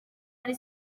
ari